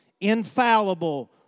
infallible